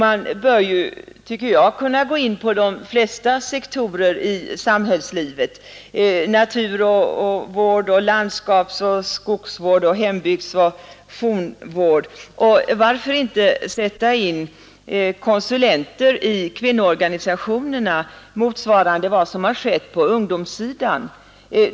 Man bör kunna gå in på de flesta sektorer i samhällslivet: naturvård, landskapsoch skogsvård, hembygdsoch fornvård. Och varför inte sätta in konsulenter i kvinnoorganisationerna, motsvarande vad som har skett på ungdomssidan?